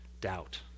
doubt